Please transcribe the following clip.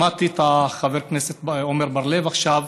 שמעתי את חבר הכנסת עמר בר-לב עכשיו,